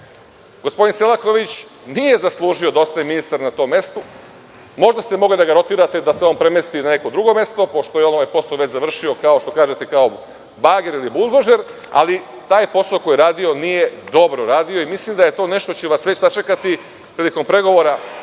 Gospodin Selaković nije zaslužio da ostane ministar na tom mestu. Možda ste mogli da ga rotirate, da se on premesti na neko drugo mesto, pošto je ovaj posao već završio, kao što kažete, kao bager ili buldožer, ali taj posao koji je radio nije dobro radio. Mislim da je to nešto što će vas već sačekati prilikom pregovora